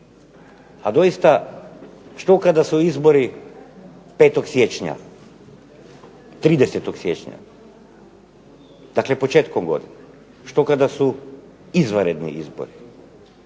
A doista što kada su izbori 5. siječnja, 30. siječnja, dakle početkom godine? Što kada su izvanredni izbori?